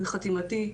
את המדיניות.